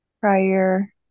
prior